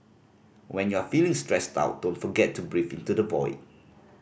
when you are feeling stressed out don't forget to breathe into the void